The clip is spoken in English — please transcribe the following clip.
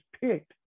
picked